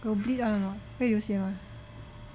got bleed or not 会有血吗